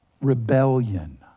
rebellion